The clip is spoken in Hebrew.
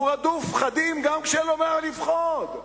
הוא רדוף פחדים גם כשאין לו ממה לפחוד.